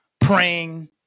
praying